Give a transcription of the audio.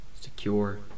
Secure